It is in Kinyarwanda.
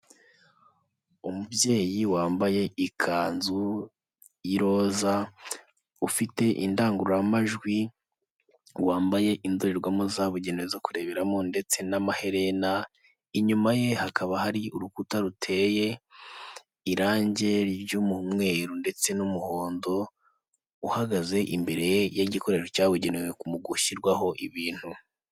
Umubyeyi wambaye ikanzu y'iroza ufite indangururamajwi wambaye indorerwamo zabugenei zo kureberamo ndetse n'amaherena inyuma ye hakaba hari urukuta ruteye irangi ry'umweruru ndetse n'umuhondo uhagaze imbere y'igikoresho cyabugenewe mu gushyirwaho ibintu.